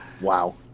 Wow